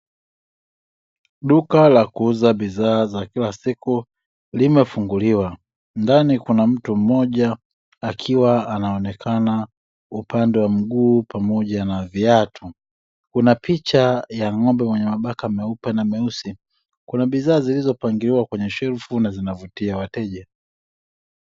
Duka la kuuza bidhaa za kila siku limefunguliwa, ndani kuna mtu mmoja akiwa anaonekana upande wa mguu pamoja na viatu. Kuna picha ya ng'ombe mwenye mabaka meupe na meusi. Kuna bidhaa zilizopangiliwa kwenye shelfu na zinavutia wateja.